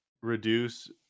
reduce